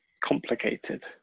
complicated